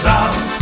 out